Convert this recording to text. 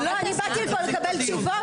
לא, אני באתי לפה לקבל תשובות.